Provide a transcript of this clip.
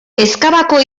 ezkabako